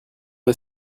est